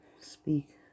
speak